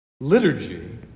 Liturgy